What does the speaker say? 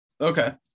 okay